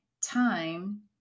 time